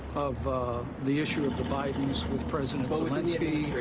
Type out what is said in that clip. of the issue of the bidens with president zelensky,